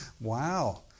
Wow